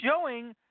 showing